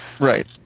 Right